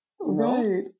Right